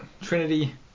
Trinity